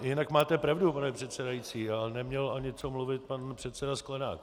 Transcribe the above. Jinak máte pravdu, pane předsedající, ale neměl ani co mluvit pan předseda Sklenák.